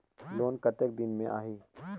Loan कतेक दिन मे आही?